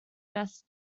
best